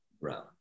brown